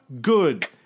Good